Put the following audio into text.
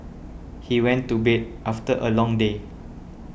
he went to bed after a long day